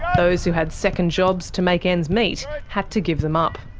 those who had second jobs to make ends meet had to give them up.